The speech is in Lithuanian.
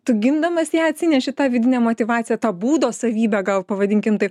tu gindamas ją atsineši tą vidinę motyvaciją tą būdo savybę gal pavadinkim taip